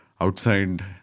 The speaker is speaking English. outside